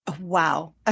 Wow